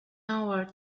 hour